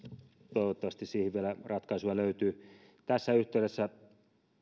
toivottavasti siihen vielä ratkaisuja löytyy tässä yhteydessä